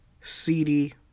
CD